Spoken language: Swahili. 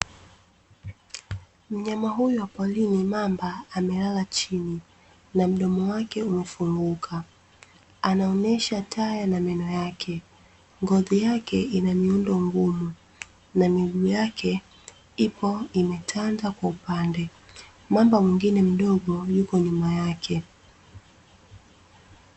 Mnyama huyu wa porini mamba amelala chini na mdomo wake umefunguka. Anaonesha taya na meno yake. Ngozi yake ina miundo ngumu. Na miguu yake ipo imetanda kwa upande. Mamba mwingine mdogo yuko nyuma yake.